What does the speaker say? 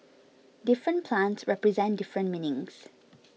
different plants represent different meanings